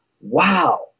Wow